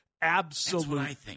absolute